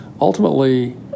ultimately